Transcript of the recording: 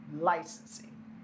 licensing